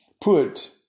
put